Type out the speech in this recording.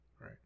Right